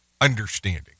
understanding